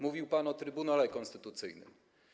Mówił pan o Trybunale Konstytucyjnym.